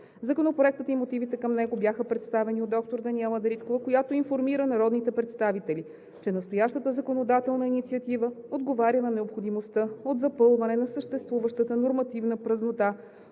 Законопроектът и мотивите към него бяха представени от доктор Даниела Дариткова, която информира народните представители, че настоящата законодателна инициатива отговаря на необходимостта от запълване на съществуващата нормативна празнота